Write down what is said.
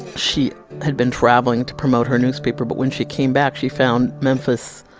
she had been traveling to promote her newspaper but when she came back she found memphis,